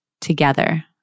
together